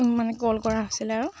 মানে কল কৰা হৈছিলে আৰু